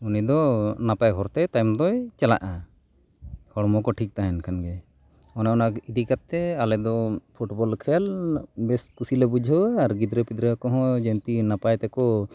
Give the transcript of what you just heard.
ᱩᱱᱤ ᱫᱚ ᱱᱟᱯᱟᱭ ᱦᱚᱨᱛᱮ ᱛᱟᱭᱚᱢ ᱫᱚᱭ ᱪᱟᱞᱟᱜᱼᱟ ᱦᱚᱲᱢᱚ ᱴᱷᱤᱠ ᱛᱟᱦᱮᱱ ᱠᱷᱟᱱ ᱜᱮ ᱚᱱᱮ ᱚᱱᱟ ᱤᱫᱤ ᱠᱟᱛᱮᱫ ᱟᱞᱮ ᱫᱚ ᱯᱷᱩᱴᱵᱚᱞ ᱠᱷᱮᱞ ᱵᱮᱥ ᱠᱩᱥᱤ ᱞᱮ ᱵᱩᱡᱷᱟᱹᱣᱟ ᱟᱨ ᱜᱤᱫᱽᱨᱟᱹ ᱯᱤᱫᱽᱨᱟᱹ ᱠᱚᱦᱚᱸ ᱡᱤᱢᱛᱤ ᱱᱟᱯᱟᱭ ᱛᱮᱠᱚ